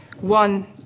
one